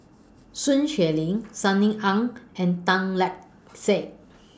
Sun Xueling Sunny Ang and Tan Lark Sye